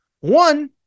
One